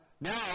Now